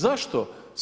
Zašto?